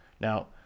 Now